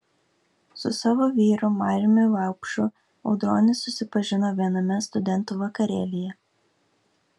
su savo vyru mariumi vaupšu audronė susipažino viename studentų vakarėlyje